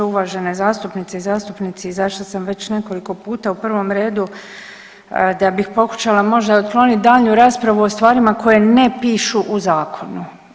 Uvažene zastupnice i zastupnici i zašto sam već nekoliko puta u prvom redu da bih pokušala možda otkloniti daljnju raspravu o stvarima koje ne pišu u zakonu.